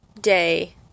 day